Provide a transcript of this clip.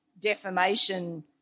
defamation